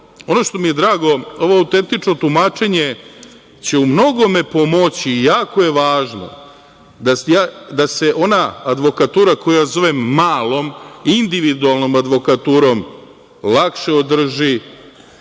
ono što mi je drago, ovo autentično tumačenje će u mnogome pomoći i jako je važno da se ona advokatura koja se zove malom, individualnom advokaturom, lakše održi,